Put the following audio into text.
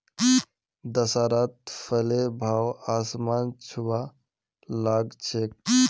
दशहरात फलेर भाव आसमान छूबा ला ग छेक